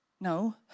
No